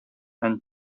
and